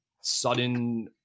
sudden